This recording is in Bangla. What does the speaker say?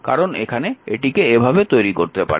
কারণ এখানে এটিকে এভাবে তৈরি করতে পারেন